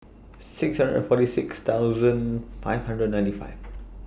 six hundred and forty six thousand five hundred and ninety five